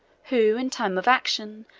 who, in time of action,